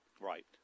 Right